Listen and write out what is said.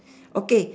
okay